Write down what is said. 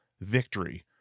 victory